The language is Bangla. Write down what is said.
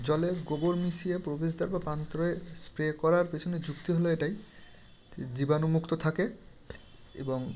জলে গোবর মিশিয়ে প্রবেশ দ্বার বা প্রান্তে স্প্রে করার পেছনে যুক্তি হলো এটাই জীবাণুমুক্ত থাকে এবং